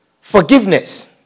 forgiveness